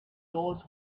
those